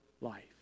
life